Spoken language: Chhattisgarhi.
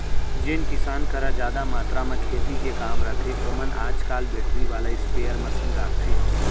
जेन किसान करा जादा मातरा म खेती के काम रथे ओमन आज काल बेटरी वाला स्पेयर मसीन राखथें